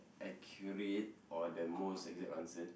accurate or the most exact answer